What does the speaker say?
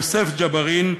יוסף ג'בארין,